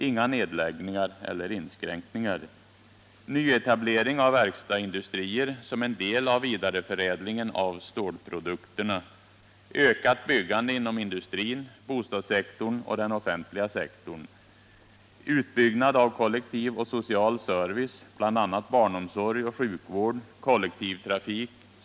Inga nedläggningar eller inskränkningar.